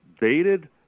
dated